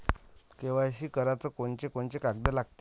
KYC कराच कोनचे कोनचे कागद लागते?